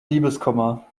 liebeskummer